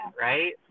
right